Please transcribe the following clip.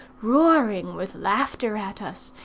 roaring with laughter at us,